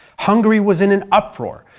hungary was in an uproar,